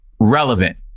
relevant